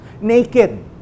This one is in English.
Naked